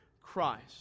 Christ